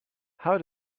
how